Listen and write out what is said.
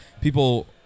people